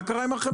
מה קרה עם החמאה?